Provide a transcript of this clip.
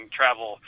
travel